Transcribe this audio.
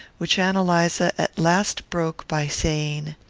which ann eliza at last broke by saying